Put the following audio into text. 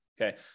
Okay